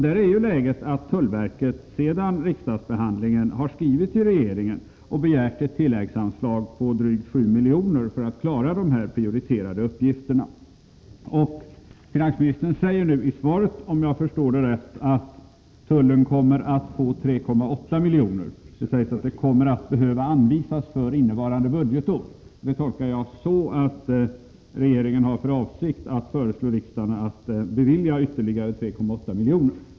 Läget är sådant att tullverket sedan riksdagsbehandlingen har skrivit till regeringen och begärt ett tilläggsanslag på drygt 7 milj.kr. för att klara dessa prioriterade uppgifter. Finansministern säger nu i svaret — om jag förstår det rätt — att tullen kommer att få 3,8 milj.kr. Det sägs att det ”kommer att behöva anvisas för innevarande budgetår”. Detta tolkar jag så att regeringen har för avsikt att föreslå riksdagen att bevilja ytterligare 3,8 miljoner.